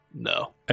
no